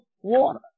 Water